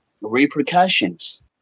repercussions